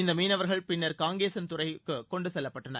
இந்த மீனவர்கள் பின்னர் காங்கேசன் துறைக்கு கொண்டு செல்லப்பட்டனர்